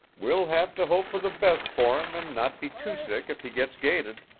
we'll have to hope for the best for him and not be too sick if he gets gated.